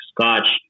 Scotch